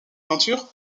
peintures